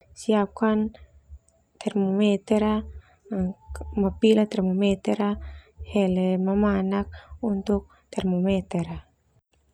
Siapkan termometer ah, mapila termometer ah, hele mamanak untuk termometer ah.